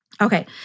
Okay